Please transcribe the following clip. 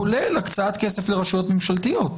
כולל הקצאת כסף לרשויות ממשלתיות.